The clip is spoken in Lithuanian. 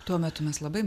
tuo metu mes labai